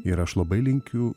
ir aš labai linkiu